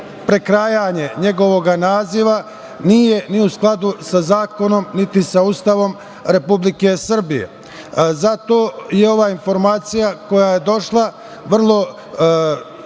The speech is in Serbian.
prekrajanje njegovog naziva nije ni u skladu sa zakonom, niti sa Ustavom Republike Srbije. Zato je ova informacija koja je došla vrlo